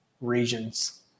regions